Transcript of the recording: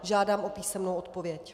Žádám o písemnou odpověď.